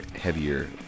heavier